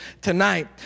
tonight